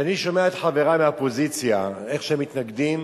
כשאני שומע את חברי מהאופוזיציה איך שהם מתנגדים,